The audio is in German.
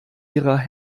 ihrer